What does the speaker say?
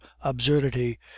absurdity